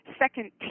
second